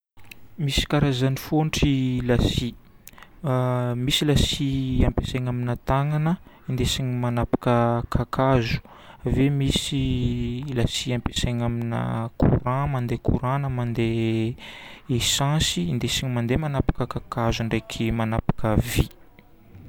Misy karazagny fontry la scie. Misy la scie ampiasaina amina tagnana indesigna magnapaka kakazo. Ave misy la scie ampiasaina amina courant, mandeha courant na mandeha essence indesigna mandeha magnapaka kakazo ndraiky magnapaka vy.